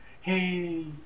hey